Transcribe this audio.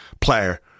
player